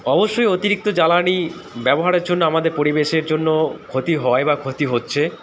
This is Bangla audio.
অবশ্যই অতিরিক্ত জ্বালানি ব্যবহারের জন্য আমাদের পরিবেশের জন্য ক্ষতি হয় বা ক্ষতি হচ্ছে